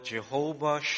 Jehovah